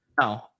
No